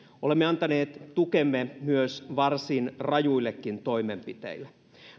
olemme antaneet tukemme varsin rajuillekin toimenpiteille